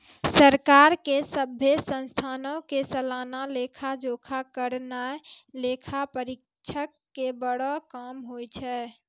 सरकार के सभ्भे संस्थानो के सलाना लेखा जोखा करनाय लेखा परीक्षक के बड़ो काम होय छै